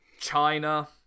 China